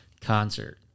Concert